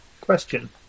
Question